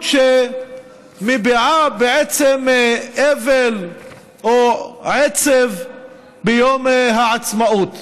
שמביעה בעצם אבל או עצב ביום העצמאות,